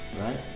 right